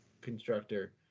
Constructor